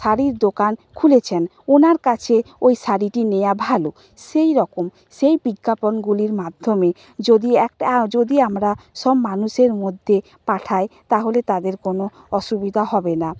শাড়ির দোকান খুলেছেন ওনার কাছে ওই শাড়িটি নেওয়া ভালো সেই রকম সেই বিজ্ঞাপনগুলির মাধ্যমে যদি একটা যদি আমরা সব মানুষের মধ্যে পাঠাই তাহলে তাদের কোনও অসুবিধা হবে না